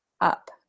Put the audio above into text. up